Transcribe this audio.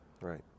right